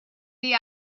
the